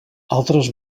altres